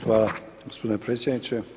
Hvala gospodine predsjedniče.